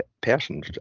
person